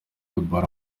ebola